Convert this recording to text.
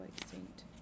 extinct